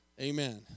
Amen